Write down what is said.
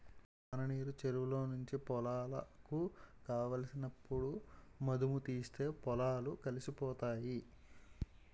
వాననీరు చెరువులో నుంచి పొలాలకు కావలసినప్పుడు మధుముతీస్తే పొలాలు కలిసిపోతాయి